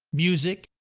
music,